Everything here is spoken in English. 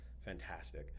fantastic